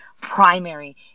primary